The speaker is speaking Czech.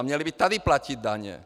Měli by tady platit daně.